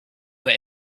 they